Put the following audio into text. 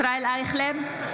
ישראל אייכלר,